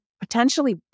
potentially